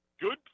good